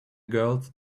girls